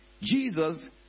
Jesus